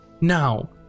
Now